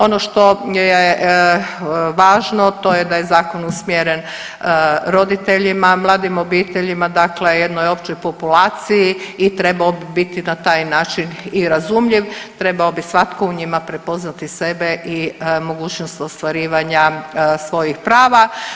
Ono što je važno to je da je zakon usmjeren roditeljima, mladim obiteljima, dakle jednoj općoj populaciji i trebao bi biti na taj način i razumljiv, trebao bi svatko u njima prepoznati sebe i mogućnost ostvarivanja svojih prava.